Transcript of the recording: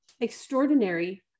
extraordinary